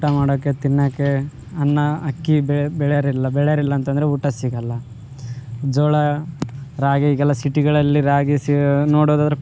ಊಟ ಮಾಡೋಕೆ ತಿನ್ನೋಕೆ ಅನ್ನ ಅಕ್ಕಿ ಬೆಳೆಯೋರಿಲ್ಲ ಬೆಳೆಯೋರಿಲ್ಲ ಅಂತಂದರೆ ಊಟ ಸಿಗೋಲ್ಲ ಜೋಳ ರಾಗಿಗೆಲ್ಲ ಸಿಟಿಗಳಲ್ಲಿ ರಾಗಿ ಸಿ ನೋಡೊದವರು